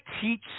teach